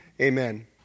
Amen